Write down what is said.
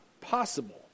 possible